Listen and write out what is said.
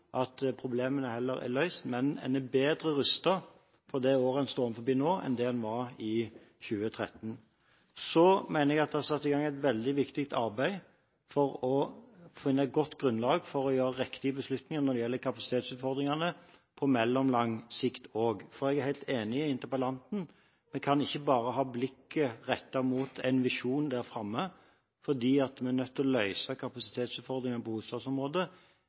at problemene nå er løst. Men en er bedre rustet for det året en står foran nå, enn det en var i 2013. Så mener jeg at det er satt i gang et veldig viktig arbeid for å finne et godt grunnlag for å gjøre riktige beslutninger når det gjelder kapasitetsutfordringene på mellomlang sikt også. Jeg er helt enig med interpellanten – vi kan ikke bare ha blikket rettet mot en visjon der framme, for vi er nødt til å løse kapasitetsutfordringene på hovedstadsområdet